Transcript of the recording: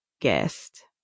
guest